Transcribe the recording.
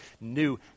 new